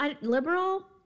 Liberal